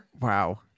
wow